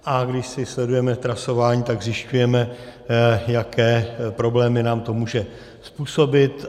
A když si sledujeme trasování, tak zjišťujeme, jaké problémy nám to může způsobit.